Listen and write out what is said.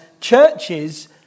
churches